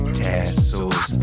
tassels